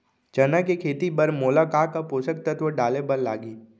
चना के खेती बर मोला का का पोसक तत्व डाले बर लागही?